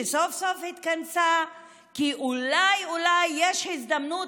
שסוף-סוף התכנסה כי אולי אולי יש הזדמנות